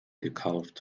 gekauft